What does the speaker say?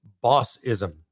bossism